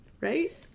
right